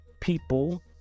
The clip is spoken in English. people